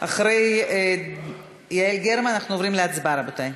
אחרי יעל גרמן אנחנו עוברים להצבעה, רבותי.